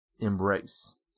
embrace